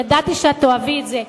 ידעתי שאת תאהבי את זה.